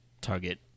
target